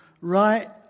right